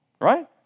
Right